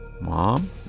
Mom